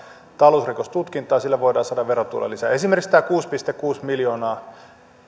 talousrikostutkintaan voidaan saadaan verotuloja lisää esimerkiksi tämä kuusi pilkku kuusi miljoonaa